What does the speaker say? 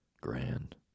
grand